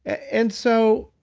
and so,